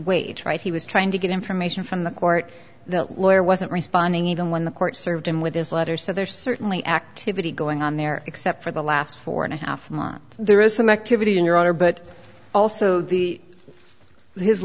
wait right he was trying to get information from the court the lawyer wasn't responding even when the court served him with this letter so there's certainly activity going on there except for the last four and a half there is some activity in your honor but also the his